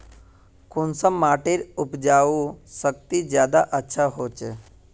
कुंसम माटिर उपजाऊ शक्ति ज्यादा अच्छा होचए?